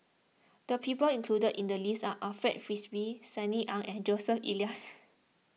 the people included in the list are Alfred Frisby Sunny Ang and Joseph Elias